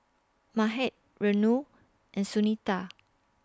Mahade Renu and Sunita